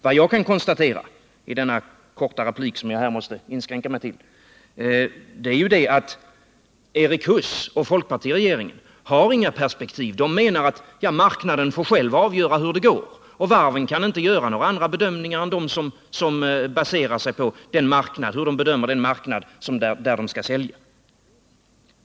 Vad jag kan konstatera i den korta replik som jag här måste inskränka mig till är att Erik Huss och folkpartiregeringen inte har några perspektiv. De menar att marknaden själv får avgöra hur det går. Varven kan bara göra bedömningar av den marknad på vilken de skall säljas.